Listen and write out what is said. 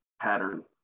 pattern